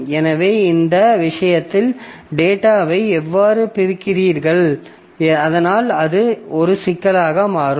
எனவே இந்த விஷயத்தில் டேட்டாவை எவ்வாறு பிரிக்கிறீர்கள் அதனால் அது ஒரு சிக்கலாக மாறும்